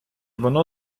воно